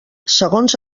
segons